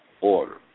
Order